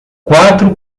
quatro